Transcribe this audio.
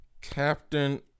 Captain